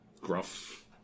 Gruff